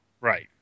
Right